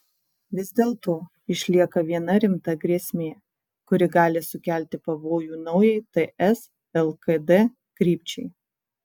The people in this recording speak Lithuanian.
vis dėlto išlieka viena rimta grėsmė kuri gali sukelti pavojų naujai ts lkd krypčiai